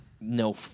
no